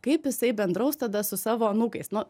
kaip jisai bendraus tada su savo anūkais nu